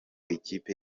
ikipe